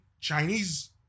Chinese